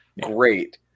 Great